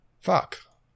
fuck